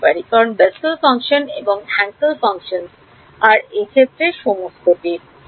কারণ Bessel function এবং Hankel function এবং এটির সমস্ত ক্ষেত্রে